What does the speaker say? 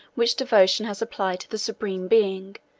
which devotion has applied to the supreme being,